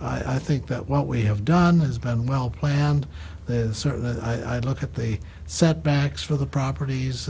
i think that what we have done has been well planned this or that i look at they set backs for the properties